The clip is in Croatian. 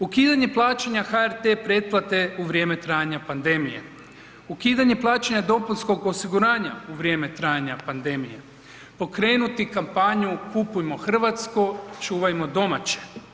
Ukidanje plaćanja HRT pretplate u vrijeme trajanja pandemije, ukidanje plaćanja dopunskog osiguranja u vrijeme trajanja pandemije, pokrenuti kampanju „Kupujmo hrvatsko, čuvajmo domaće“